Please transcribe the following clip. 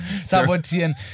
sabotieren